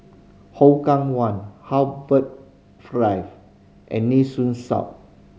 Hougang One Harbour and Nee Soon South